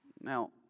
Now